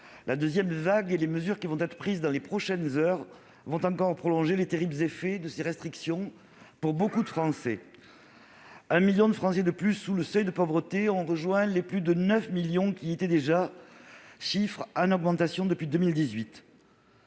La deuxième vague et les mesures qui vont être prises dans les prochaines heures vont encore prolonger les terribles effets de ces restrictions pour beaucoup de Français. Ainsi, 1 million de Français sous le seuil de pauvreté ont rejoint les plus de 9 millions qui y étaient déjà, chiffre en augmentation depuis 2018.